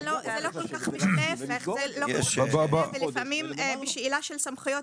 זה לא כל כך משנה ולפעמים בשאלה של סמכויות,